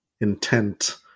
intent